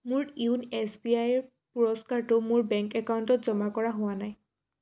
মোৰ য়োন' S B I ৰ পুৰস্কাৰটো মোৰ বেংক একাউণ্টত জমা কৰা হোৱা নাই